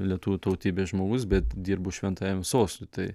lietuvių tautybės žmogus bet dirbu šventajam sostui tai